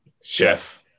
Chef